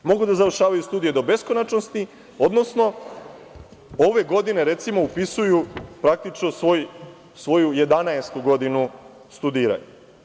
Mogu da završavaju studije do beskonačnosti, odnosno, ove godine, recimo, upisuju svoju 11. godinu studiranja.